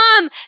Mom